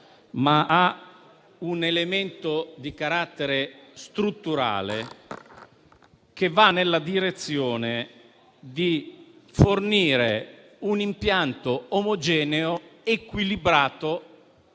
un elemento di carattere strutturale, che va nella direzione di fornire un impianto omogeneo, equilibrato,